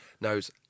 knows